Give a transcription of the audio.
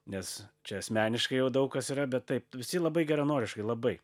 nes čia asmeniškai jau daug kas yra bet taip visi labai geranoriškai labai